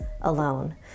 alone